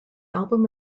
album